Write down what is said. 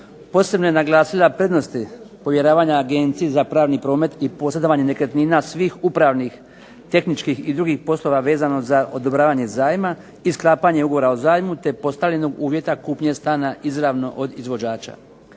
Posebno je naglasila prednosti povjeravanja Agenciji za pravni promet i posredovanje nekretnina svih upravnih tehničkih i drugih poslova vezano za odobravanje zajma i sklapanje ugovora o zajmu, te postavljenog uvjeta kupnje stanja izravno od izvođača.